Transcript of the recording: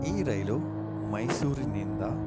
ಈ ರೈಲು ಮೈಸೂರಿನಿಂದ